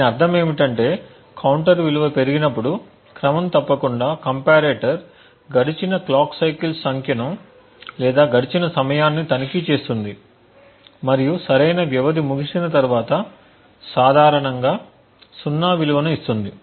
దీని అర్థం ఏమిటంటే కౌంటర్ విలువ పెరిగినప్పుడు క్రమం తప్పకుండా కంపారేటర్ గడిచిన క్లాక్ సైకిల్స్ సంఖ్యను లేదా గడిచిన సమయాన్ని తనిఖీ చేస్తుంది మరియు సరైన వ్యవధి ముగిసిన తర్వాత సాధారణంగా 0 విలువను ఇస్తుంది